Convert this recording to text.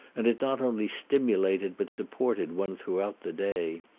and it not only stimulated but supported one throughout the day.